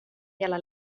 hela